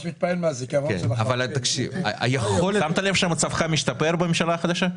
שמת לב שמצבך משתפר בממשלה החדשה?